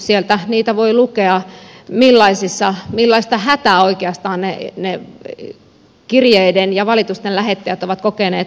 sieltä voi lukea millaista hätää oikeastaan ne kirjeiden ja valitusten lähettäjät ovat kokeneet lähestyessään oikeuskansleria